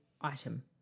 item